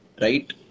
right